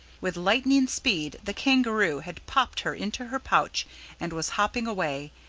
with lightning speed the kangaroo had popped her into her pouch and was hopping away,